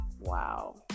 Wow